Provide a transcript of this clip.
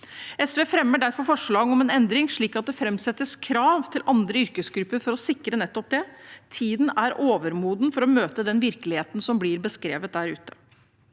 SV fremmer derfor forslag om en endring, slik at det framsettes krav til andre yrkesgrupper for å sikre nettopp det. Tiden er overmoden for å møte den virkeligheten som blir beskrevet der ute.